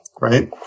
right